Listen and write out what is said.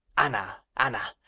anna! anna!